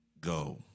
go